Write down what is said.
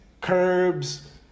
curbs